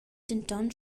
denton